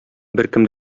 беркем